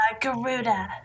Garuda